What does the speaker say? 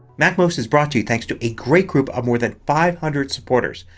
macmost is brought to you thanks to a great group of more than five hundred supporters.